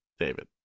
david